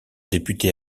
député